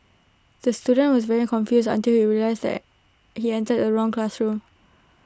the student was very confused until he realised he entered the wrong classroom